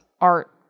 art